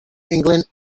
england